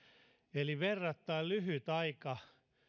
eli verrattain lyhyt aika